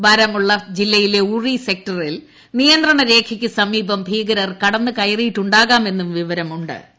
ബാരാമുള്ള ജില്ലയിലെ ഉറി സെക്ടറിൽ നിയന്ത്രണ രേഖയ്ക്ക് സമീപം ഭീകരർ കടന്നുകയറിയിട്ടു ാകാമെന്നും വിവരങ്ങൾ ഉ ്